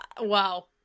wow